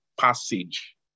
passage